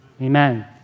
Amen